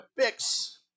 fix